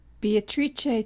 beatrice